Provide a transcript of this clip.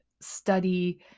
study